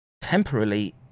temporarily